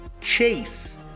Chase